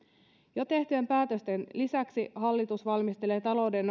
jo tehtyjen päätösten lisäksi hallitus valmistelee talouden